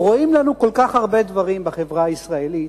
רואים לנו כל כך הרבה דברים בחברה הישראלית,